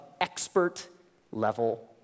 expert-level